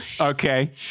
Okay